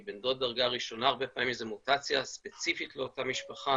כי בן דוד דרגה ראשונה הרבה פעמים זו מוטציה ספציפית לאותה משפחה